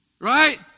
Right